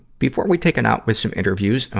before we take it out with some interviews, ah,